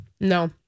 No